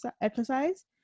exercise